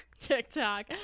tiktok